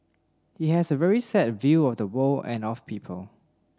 he has a very set view of the world and of people